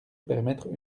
permettre